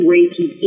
Reiki